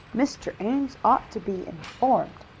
mr. ames ought to be informed.